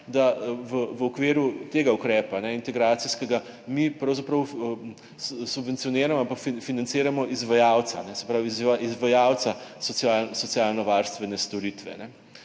da v okviru tega integracijskega ukrepa mi pravzaprav subvencioniramo, financiramo izvajalca socialnovarstvene storitve.